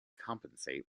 compensate